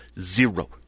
zero